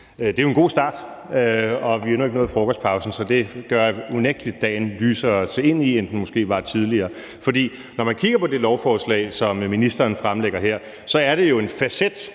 Det er jo en god start, og vi har endnu ikke nået frokostpausen, så det gør unægtelig dagen lysere at se ind i, end den måske var tidligere. For når man kigger på det lovforslag, som ministeren fremsætter her, er det jo en facet